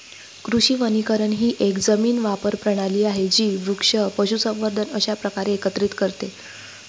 कृषी वनीकरण ही एक जमीन वापर प्रणाली आहे जी वृक्ष, पशुसंवर्धन अशा प्रकारे एकत्रित करते